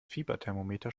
fieberthermometer